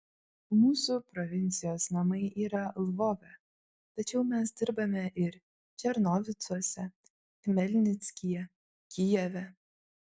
mūsų provincijos namai yra lvove tačiau mes dirbame ir černovicuose chmelnickyje kijeve